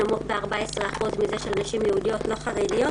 נמוך ב-14% מן השכר של נשים יהודיות לא חרדיות,